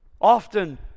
Often